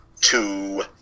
Two